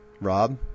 Rob